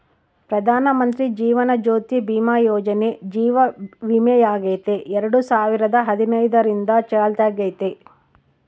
ಪ್ರಧಾನಮಂತ್ರಿ ಜೀವನ ಜ್ಯೋತಿ ಭೀಮಾ ಯೋಜನೆ ಜೀವ ವಿಮೆಯಾಗೆತೆ ಎರಡು ಸಾವಿರದ ಹದಿನೈದರಿಂದ ಚಾಲ್ತ್ಯಾಗೈತೆ